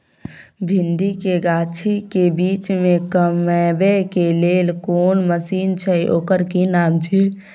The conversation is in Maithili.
भिंडी के गाछी के बीच में कमबै के लेल कोन मसीन छै ओकर कि नाम छी?